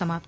समाप्त